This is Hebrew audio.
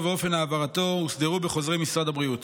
ואופן העברתו הוסדרו בחוזרי משרד הבריאות.